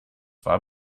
war